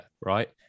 right